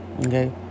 okay